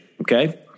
Okay